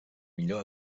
millor